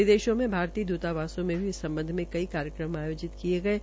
विदेशों में भारतीय द्रतावासों में भी इस सम्बध में कई कार्यक्रम आयोजित किये गये है